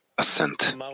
ascent